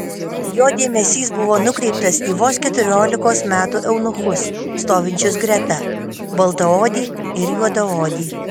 jo dėmesys buvo nukreiptas į vos keturiolikos metų eunuchus stovinčius greta baltaodį ir juodaodį